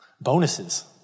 bonuses